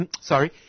Sorry